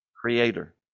creator